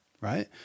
right